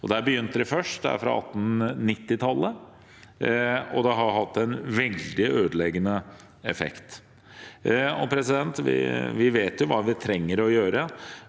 Der begynte de først, fra 1890-tallet, og det har hatt en veldig ødeleggende effekt. Vi vet hva vi trenger å gjøre.